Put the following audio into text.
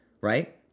right